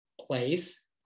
place